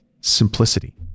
simplicity